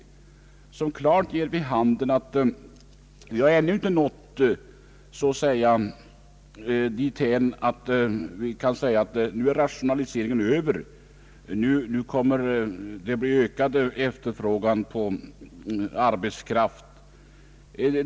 Denna ger klart vid handen att vi ännu inte har nått dithän att vi kan säga att rationaliseringen är över och att det kommer att bli ökad efterfrågan på arbetskraft.